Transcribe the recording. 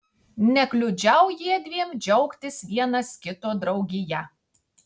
nekliudžiau jiedviem džiaugtis vienas kito draugija